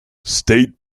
state